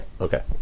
Okay